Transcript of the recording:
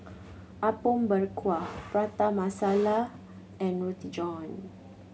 Apom Berkuah Prata Masala and Roti John